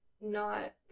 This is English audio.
not-